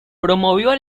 promovió